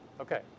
Okay